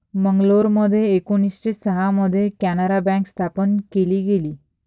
मंगलोरमध्ये एकोणीसशे सहा मध्ये कॅनारा बँक स्थापन केली गेली